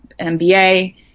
MBA